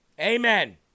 Amen